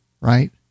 right